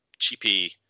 cheapy